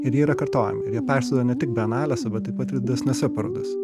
ir jie yra kartojami ir persiduoda ne tik bienalėse bet taip pat ir didesnėse parodose